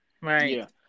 Right